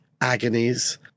agonies